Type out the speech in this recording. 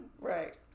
Right